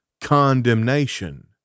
condemnation